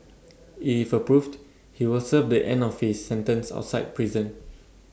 if approved he will serve the end of his sentence outside prison